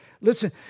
Listen